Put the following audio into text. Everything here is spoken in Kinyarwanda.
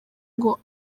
ngo